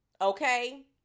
Okay